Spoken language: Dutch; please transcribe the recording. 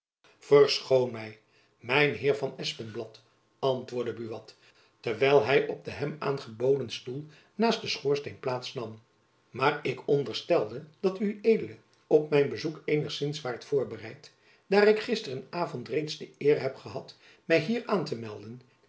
verschoon my mijn heer van espenblad antwoordde buat terwijl hy op den hem aangeboden stoel naast den schoorsteen plaats nam maar ik onderstelde dat ued op mijn bezoek eenigzins waart voorbereid daar ik gisteren avond reeds de eer heb gehad my hier aan te melden